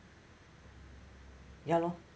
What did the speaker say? ya lor